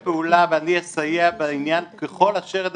ואני אשתף פעולה ואני אסייע בעניין ככל אשר אדרש.